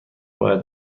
باید